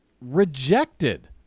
rejected